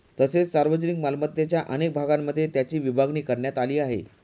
तसेच सार्वजनिक मालमत्तेच्या अनेक भागांमध्ये त्याची विभागणी करण्यात आली आहे